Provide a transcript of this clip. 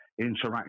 interaction